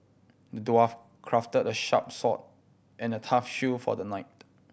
the dwarf crafted a sharp sword and a tough shield for the knight